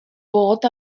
bod